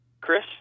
Chris